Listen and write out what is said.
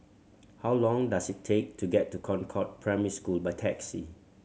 how long does it take to get to Concord Primary School by taxi